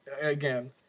again